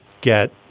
get